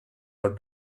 are